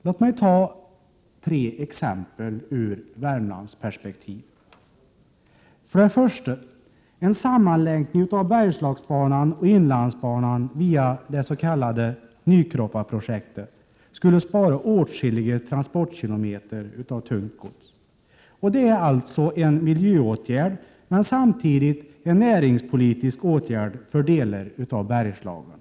Låt mig ta tre exempel sedda i Värmlandsperspektiv. För det första skulle en sammanlänkning av Bergslagsbanan och inlandsbanan via det s.k. Nykroppaprojektet spara åtskilliga transportkilometer med tungt gods. Det är alltså en miljöåtgärd men samtidigt en näringspolitisk åtgärd för delar av Bergslagen.